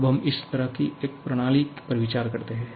अब हम इस तरह की एक प्रणाली पर विचार करते हैं